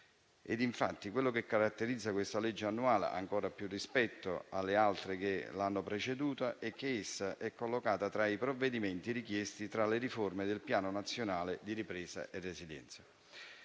Infatti, quello che caratterizza questo disegno di legge annuale ancora di più rispetto agli altri che l'hanno preceduto è che è collocato tra i provvedimenti richiesti dalle riforme del Piano nazionale di ripresa e resilienza,